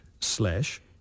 slash